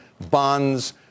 bonds